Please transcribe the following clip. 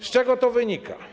Z czego to wynika?